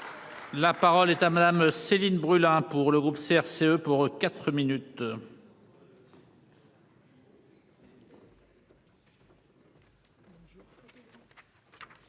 La parole est à madame Céline Brulin, pour le groupe CRCE pour 4 minutes.